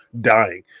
dying